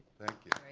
thank you.